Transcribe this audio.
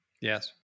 Yes